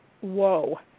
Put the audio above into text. whoa